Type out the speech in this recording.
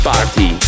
Party